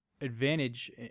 advantage